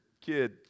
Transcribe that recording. kid